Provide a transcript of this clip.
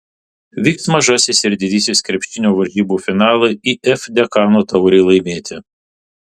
vyks mažasis ir didysis krepšinio varžybų finalai if dekano taurei laimėti